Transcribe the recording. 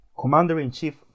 Commander-in-Chief